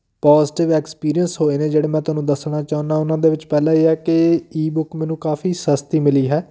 positive experience ਹੋਏ ਨੇ ਜਿਹੜੇ ਮੈਂ ਤੁਹਾਨੂੰ ਦੱਸਣਾ ਚਾਹੁੰਦਾ ਉਹਨਾਂ ਦੇ ਵਿੱਚ ਪਹਿਲਾਂ ਇਹ ਹੈ ਕਿ ਈ ਬੁੱਕ ਮੈਨੂੰ ਕਾਫੀ ਸਸਤੀ ਮਿਲੀ ਹੈ